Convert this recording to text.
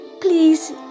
please